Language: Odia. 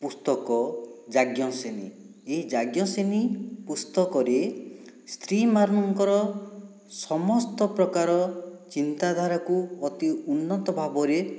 ପୁସ୍ତକ ଯାଜ୍ଞସେନୀ ଏହି ଯାଜ୍ଞସେନୀ ପୁସ୍ତକରେ ସ୍ତ୍ରୀମାନଙ୍କର ସମସ୍ତ ପ୍ରକାର ଚିନ୍ତାଧାରାକୁ ଅତି ଉନ୍ନତ ଭାବରେ